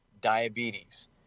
diabetes